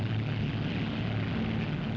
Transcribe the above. he